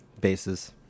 bases